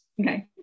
Okay